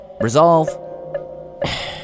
Resolve